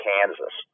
Kansas